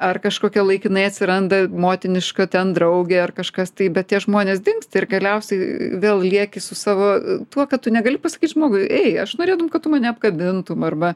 ar kažkokia laikinai atsiranda motiniška ten draugė ar kažkas tai bet tie žmonės dingsta ir galiausiai vėl lieki su savo tuo kad tu negali pasakyti žmogui ei aš norėtum kad tu mane apkabintum arba